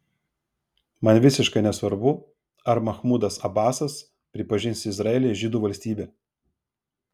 man visiškai nesvarbu ar machmudas abasas pripažins izraelį žydų valstybe